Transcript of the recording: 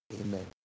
Amen